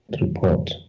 report